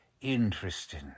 interesting